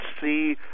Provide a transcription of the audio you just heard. see